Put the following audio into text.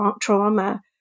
trauma